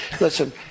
Listen